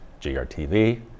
GRTV